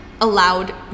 allowed